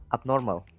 Abnormal